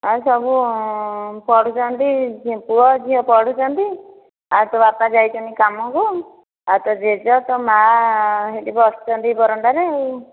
ଆଉ ସବୁ ପଢ଼ୁଛନ୍ତି ପୁଅ ଝିଅ ପଢ଼ୁଛନ୍ତି ଆଉ ତୋ ବାପା ଯାଇଛନ୍ତି କାମକୁ ଆଉ ତୋ ଜେଜ ତୋ ମା' ହେଇଟି ବସିଛନ୍ତି ବାରଣ୍ଡାରେ ଆଉ